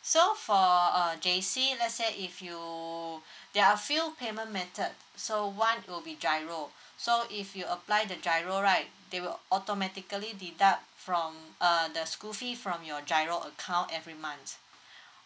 so for uh J_C let's say if you there are few payment method so one will be GIRO so if you apply the GIRO right they will automatically deduct from uh the school fee from your GIRO account every months